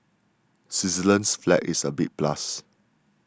Switzerland's flag is a big plus